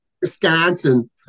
Wisconsin